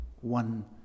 one